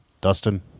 Dustin